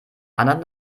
anderen